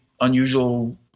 unusual